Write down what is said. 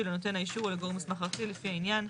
לנותן האישור או לגורם מוסמך לפי העניין,